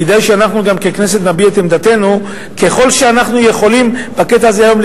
כדאי שאנחנו גם ככנסת נביע את עמדתנו ככל שאנחנו יכולים בקטע הזה היום,